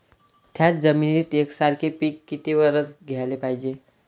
थ्याच जमिनीत यकसारखे पिकं किती वरसं घ्याले पायजे?